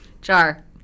Jar